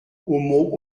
aumont